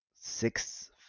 six